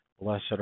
Blessed